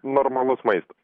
normalus maistas